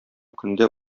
көндә